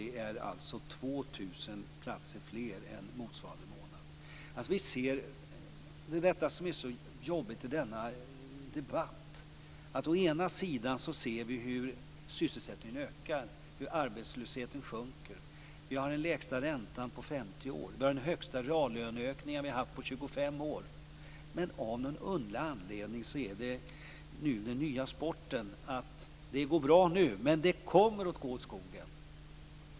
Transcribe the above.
Det är alltså 2 000 platser fler än motsvarande månad förra året. Det som är så jobbigt i denna debatt är att vi å ena sidan ser hur sysselsättningen ökar, hur arbetslösheten sjunker. Vi har den lägsta räntan på 50 år och den högsta reallöneökningen på 25 år. Av någon underlig anledning är det å andra sidan nu den nya sporten att säga: Det går bra nu, men det kommer att gå åt skogen.